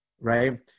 Right